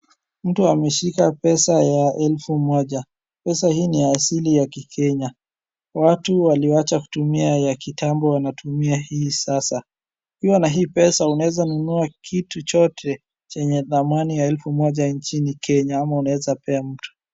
Mtu ameshika pesa ya elfu moja. Pesa hii ni ya asili ya kikenya. Watu waliwacha kutumia ya kitambo wanatumia hii sasa. Ukiwa na pesa hii pesa unaweza nunua kitu chote chenye thamani ya elfu moja nchini Kenya ama unaweza pea mtu.